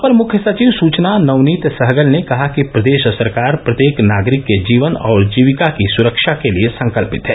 अपर मुख्य सचिव सूचना नवनीत सहगल ने कहा कि प्रदेश सरकार प्रत्येक नागरिक के जीवन और जीविका की सुरक्षा के लिये संकल्पित है